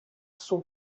son